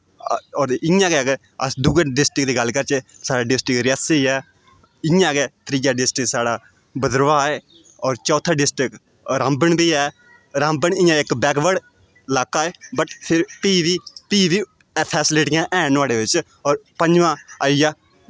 होर इ'यां अगर अस दुए डिस्ट्रिक्ट दी गल्ल करचै साढ़ी डिस्ट्रिक्ट रेआसी ऐ इ'यां गै त्रीआ डिस्ट्रिक्ट साढ़ा भद्रवाह् ऐ होर चौथा डिस्ट्रिक्ट रामबन बी ऐ रामबन इयां इक बैकवर्ड लाका ऐ बट फ्ही बी फ्ही वी फैसलिटियां हैन नुहाड़े बिच्च होर पंजमा आई गेआ